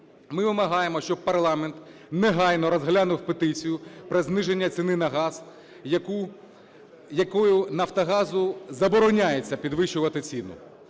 Ми вимагаємо, щоб парламент негайно розглянув петицію про зниження ціни на газ, якою "Нафтогазу" забороняється підвищувати ціну.